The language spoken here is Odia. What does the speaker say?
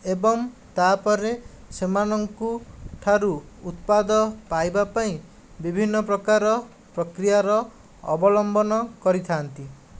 ଏବଂ ତା'ପରେ ସେମାନଙ୍କୁ ଠାରୁ ଉତ୍ପାଦ ପାଇବା ପାଇଁ ବିଭିନ୍ନ ପ୍ରକାର ପ୍ରକିୟାର ଅବଲମ୍ବନ କରିଥାନ୍ତି